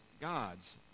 God's